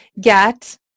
get